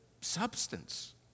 substance